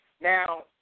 Now